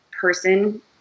person